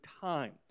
time